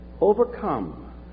overcome